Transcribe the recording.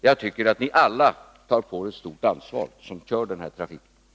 Jag tycker att ni alla tar på er ett stort ansvar när ni går vidare på den vägen.